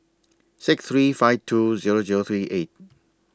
six three five two Zero Zero three eight